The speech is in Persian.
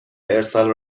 ارسال